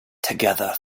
together